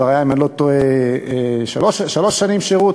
וכבר היו שלוש שנות שירות.